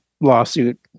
lawsuit